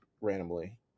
randomly